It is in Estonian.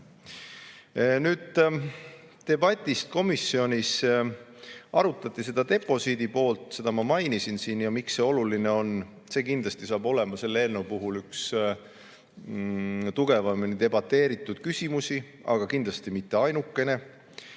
Debatist komisjonis. Arutati seda deposiidipoolt, seda ma mainisin siin. Ja miks see oluline on? See saab kindlasti olema selle eelnõu puhul üks tugevamini debateeritud küsimusi, aga kindlasti mitte ainukene.